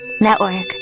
Network